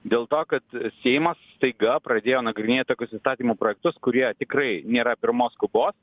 dėl to kad seimas staiga pradėjo nagrinėti tokius įstatymų projektus kurie tikrai nėra pirmos skubos